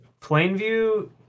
Plainview